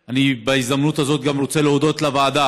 אני רוצה לברך אותה,